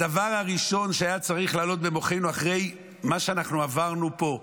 הדבר הראשון שהיה צריך לעלות במוחנו אחרי מה שאנחנו עברנו פה,